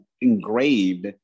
engraved